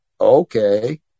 okay